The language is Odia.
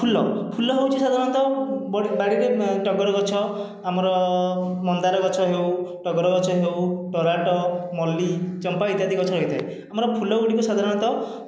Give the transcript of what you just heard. ଫୁଲ ଫୁଲ ହେଉଛି ସାଧାରଣତଃ ବାଡ଼ିରେ ଟଗର ଗଛ ଆମର ମନ୍ଦାର ଗଛ ହେଉ ଟଗର ଗଛ ହେଉ ତରାଟ ମଲ୍ଲି ଚମ୍ପା ଇତ୍ୟାଦି ଗଛ ହୋଇଥାଏ ଆମର ଫୁଲ ଗୁଡ଼ିକ ସାଧାରଣତଃ